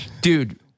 Dude